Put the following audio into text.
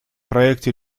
проекте